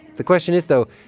the question is, though,